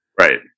Right